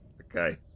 Okay